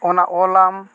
ᱚᱱᱟ ᱚᱞᱟᱢ